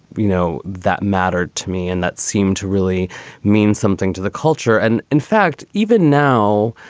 you know, that mattered to me and that seemed to really mean something to the culture. and in fact, even now,